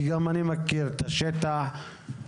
אני מכיר את השטח,